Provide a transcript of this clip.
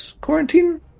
Quarantine